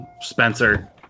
Spencer